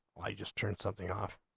by just turn something of